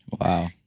Wow